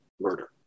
murder